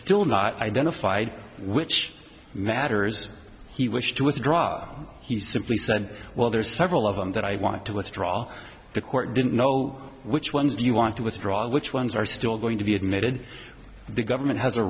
still not identified which matters he wished to withdraw he simply said well there's several of them that i want to withdraw the court didn't know which ones do you want to withdraw which ones are still going to be admitted the government has a